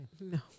No